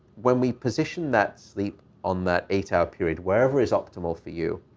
when we position that sleep on that eight-hour period, whatever is optimal for you,